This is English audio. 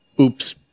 oops